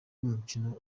n’umukino